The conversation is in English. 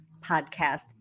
podcast